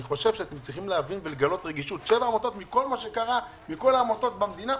אני חושב שאתם צריכים לגלות רגישות מכל העמותות במדינה,